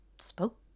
spoke